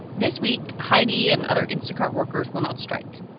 this week, heidi and other instacart workers went on strike.